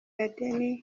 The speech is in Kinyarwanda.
laden